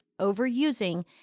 overusing